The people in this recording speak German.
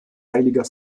heiliger